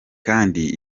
kandi